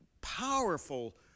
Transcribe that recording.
powerful